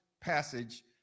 passage